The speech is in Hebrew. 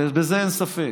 ובזה אין ספק,